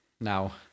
Now